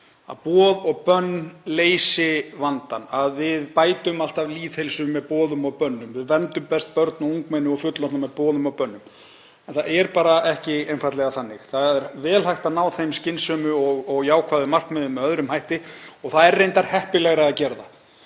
að boð og bönn leysi vandann, að við bætum alltaf lýðheilsu með boðum og bönnum, við verndum best börn og ungmenni og fullorðna með boðum og bönnum. En það er bara einfaldlega ekki þannig. Það er vel hægt að ná þeim skynsamlegu og jákvæðu markmiðum með öðrum hætti. Það er reyndar heppilegra að gera það.